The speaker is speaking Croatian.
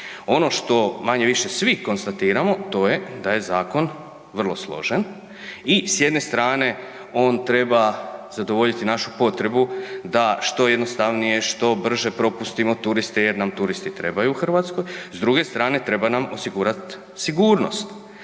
Ono što manje-više svi konstatiramo, to je da je zakon vrlo složen i s jedne strane on treba zadovoljiti našu potrebu da što jednostavnije, što brže propustimo turiste jer nam turisti trebaju u Hrvatskoj, s druge strane treba nam osigurat sigurnost.